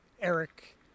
Eric